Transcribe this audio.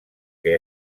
que